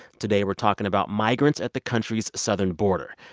today we're talking about migrants at the country's southern border.